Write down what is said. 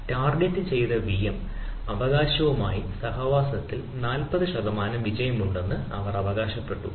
target ചെയ്ത VM അവകാശവുമായി സഹവാസത്തിൽ 40 ശതമാനം വിജയമുണ്ടെന്ന് അവർ അവകാശപ്പെട്ടു